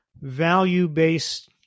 value-based